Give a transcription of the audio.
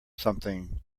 something